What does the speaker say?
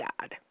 God